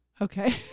Okay